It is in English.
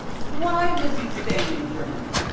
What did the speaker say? why was he staying in germany?